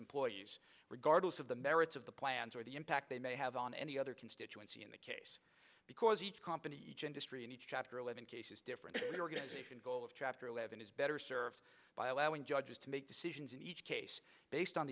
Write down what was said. employees regardless of the merits of the plans or the impact they may have on any other constituency in the case because each company each industry in each chapter eleven cases different organization goal of chapter eleven is better served by allowing judges to make decisions in each case based on